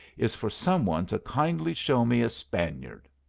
is for some one to kindly show me a spaniard!